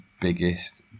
biggest